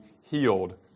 healed